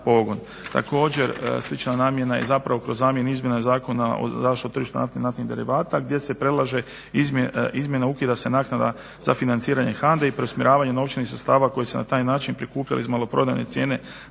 pogon. Također slična namjena je kroz zamjenu i izmjenu Zakona o zaštitu tržišta nafte i naftnih derivata gdje se predlaže izmjena ukida se naknada za financiranje HANDA-e i preusmjeravanje novčanih sredstava koja se na taj način prikuplja iz maloprodajne cijene